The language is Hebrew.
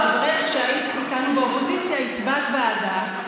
כשאת היית איתנו באופוזיציה הצבעת בעדה.